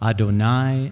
Adonai